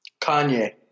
Kanye